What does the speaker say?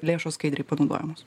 lėšos skaidriai panaudojamos